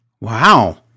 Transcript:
Wow